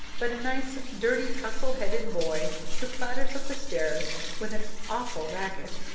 but a nice, dirty, tousle-headed boy who clatters up the stairs with an awful racket,